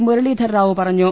മുരളീധര റാവു പറഞ്ഞു